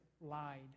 lied